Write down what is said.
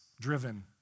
driven